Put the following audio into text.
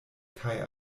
kaj